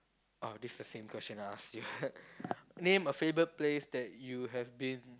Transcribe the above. ah this the same question I asked you name a favourite place that you have been